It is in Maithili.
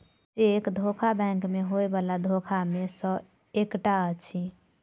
चेक धोखा बैंक मे होयबला धोखा मे सॅ एकटा अछि